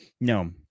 No